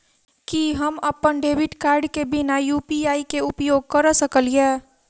की हम अप्पन debit card केँ बिना यु.पी.आई केँ उपयोग करऽ सकलिये?